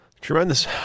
Tremendous